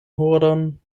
horon